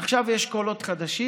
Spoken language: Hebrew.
עכשיו יש קולות חדשים.